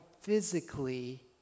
physically